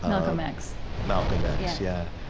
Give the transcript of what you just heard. um x malcolm x, yeah.